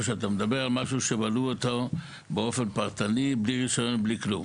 או שאתה מדבר על משהו שבנו אותו באופן פרטני בלי רישיון ובלי כלום?